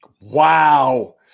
wow